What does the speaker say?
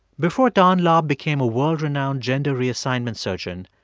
before don laub became a world renowned gender reassignment surgeon,